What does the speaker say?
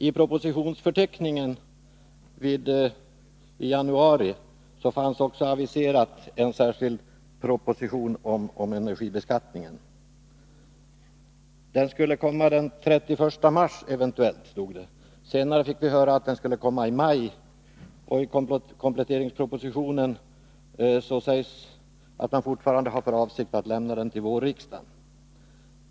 I propositionsförteckningen i januari fanns också en särskild proposition om energibeskattningen aviserad. Propositionen skulle komma eventuellt den 31 mars. Senare fick vi höra att den skulle komma i maj. I kompletteringspropositionen sägs att man fortfarande har för avsikt att lämna den till vårriksdagen.